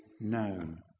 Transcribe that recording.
known